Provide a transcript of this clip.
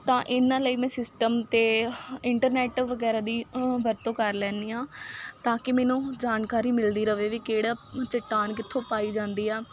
ਤਾਂ ਇਹਨਾਂ ਲਈ ਮੈਂ ਸਿਸਟਮ 'ਤੇ ਇੰਟਰਨੈਟ ਵਗੈਰਾ ਦੀ ਵਰਤੋਂ ਕਰ ਲੈਂਦੀ ਹਾਂ ਤਾਂ ਕਿ ਮੈਨੂੰ ਜਾਣਕਾਰੀ ਮਿਲਦੀ ਰਹੇ ਵੀ ਕਿਹੜਾ ਚੱਟਾਨ ਕਿੱਥੋਂ ਪਾਈ ਜਾਂਦੀ ਆ